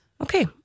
Okay